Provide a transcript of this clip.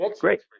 Great